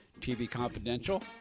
tvconfidential